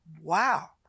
Wow